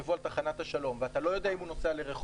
תחשבו על תחנת השלום ואתה לא יודע אם הוא נוסע לרחובות,